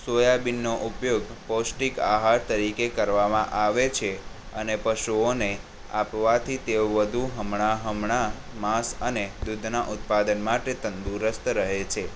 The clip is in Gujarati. સોયાબીનનો ઉપયોગ પૌષ્ટિક આહાર તરીકે કરવામાં આવે છે અને પશુઓને આપવાથી તેઓ વધુ હમણાં હમણાં માંસ અને દૂધનાં ઉત્પાદન માટે તંદુરસ્ત રહે છે